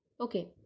Okay